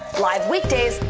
live weekdays,